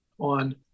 on